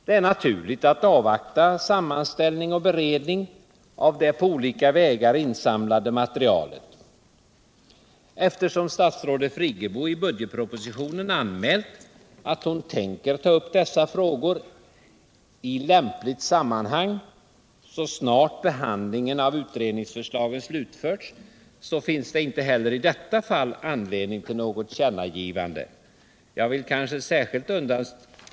Det är naturligt att avvakta sammanställning och beredning av det på olika vägar insamlade materialet. Eftersom statsrådet Friggebo i budgetpropositionen anmält att hon tänker ta upp dessa frågor i lämpligt sammanhang så snart behandlingen av utred ningsförslagen slutförts, finns det inte heller i detta fall anledning till något tillkännagivande.